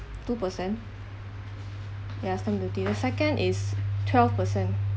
two percent ya stamp duty the second is twelve percent